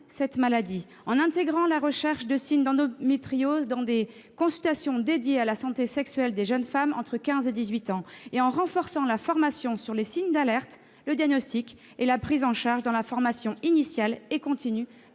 cette maladie, en intégrant la recherche de signes d'endométriose lors de consultations dédiées à la santé sexuelle des jeunes femmes entre quinze et dix-huit ans et en renforçant la formation sur les signes d'alerte, le diagnostic et la prise en charge dans le cadre de la formation initiale et continue